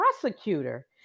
prosecutor